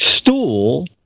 stool